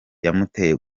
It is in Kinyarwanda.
yamuteye